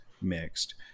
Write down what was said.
mixed